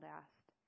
asked